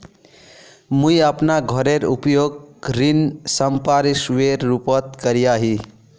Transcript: मुई अपना घोरेर उपयोग ऋण संपार्श्विकेर रुपोत करिया ही